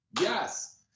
Yes